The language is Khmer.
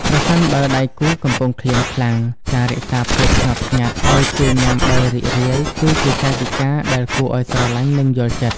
ប្រសិនបើដៃគូកំពុងឃ្លានខ្លាំង ការរក្សាភាពស្ងប់ស្ងាត់ឱ្យគេញ៉ាំដោយរីករាយ គឺជាកាយវិការដែលគួរឱ្យស្រឡាញ់ និងយល់ចិត្ត។